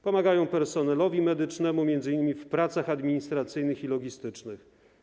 Pomagają oni personelowi medycznemu m.in. w pracach administracyjnych i logistycznych.